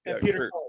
Peter